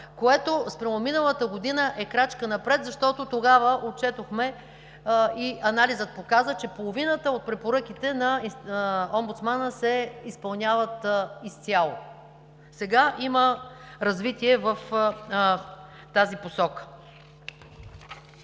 което спрямо миналата година е крачка напред, защото тогава отчетохме и анализът показа, че половината от препоръките на омбудсмана се изпълняват изцяло. Сега има развитие в тази посока.